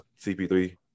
CP3